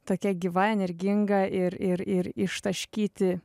tokia gyva energinga ir ir ir ištaškyti